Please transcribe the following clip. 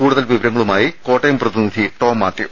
കൂടുതൽ വിവരങ്ങളുമായി കോട്ടയം പ്രതിനിധി ടോംമാത്യു